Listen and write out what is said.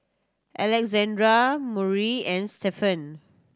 Alexandra Murry and Stephan